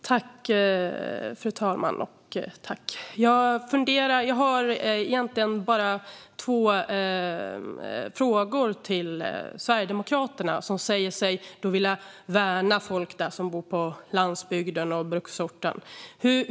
Fru talman! Jag har egentligen bara två frågor till Sverigedemokraterna, som ju säger sig vilja värna folk som bor på landsbygden och på bruksorter.